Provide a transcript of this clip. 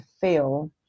feel